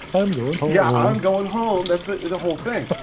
i'm going home. yeah, and i'm going home. that's the the whole thing.